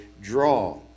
draw